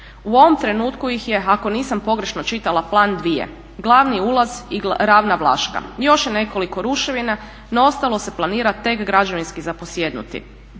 U ovom trenutku ih je ako nisam pogrešno čitala plan dvije, glavni ulaz i ravna Vlaška. Još je nekoliko ruševina no ostalo se planira tek građevinski zaposjednuti.